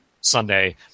sunday